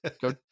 go